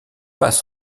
passe